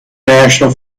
national